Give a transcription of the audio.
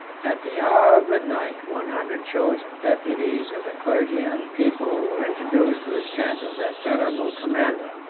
at the hour of midnight, one hundred chosen deputies of the clergy and people were introduced to the tent of that venerable commander.